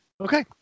Okay